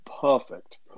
perfect